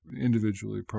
individually